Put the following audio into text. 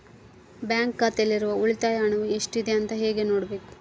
Bank ಖಾತೆಯಲ್ಲಿರುವ ಉಳಿತಾಯ ಹಣವು ಎಷ್ಟುಇದೆ ಅಂತ ಹೇಗೆ ನೋಡಬೇಕು?